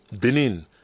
Benin